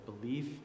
Belief